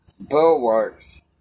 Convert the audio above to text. bulwarks